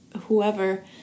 Whoever